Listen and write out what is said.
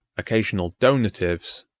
occasional donatives,